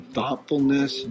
Thoughtfulness